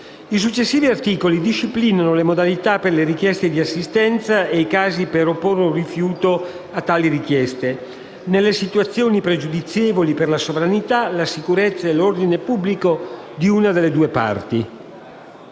I successivi articoli disciplinano le modalità per le richieste di assistenza e i casi per opporre un rifiuto a tali richieste, nelle situazioni pregiudizievoli per la sovranità, la sicurezza e l'ordine pubblico di una delle due parti.